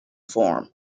forum